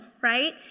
right